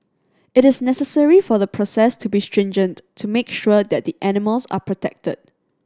it is necessary for the process to be stringent to make sure that the animals are protected